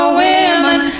women